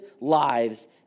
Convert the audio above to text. lives